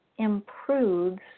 improves